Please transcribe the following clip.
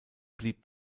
blieb